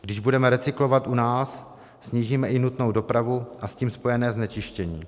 Když budeme recyklovat u nás, snížíme i nutnou dopravu a s tím spojené znečištění.